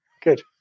good